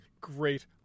great